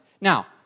Now